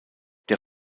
der